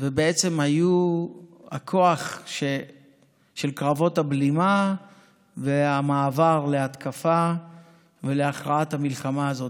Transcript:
ובעצם היו הכוח של קרבות הבלימה והמעבר להתקפה ולהכרעת המלחמה הזאת.